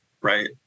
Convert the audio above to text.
right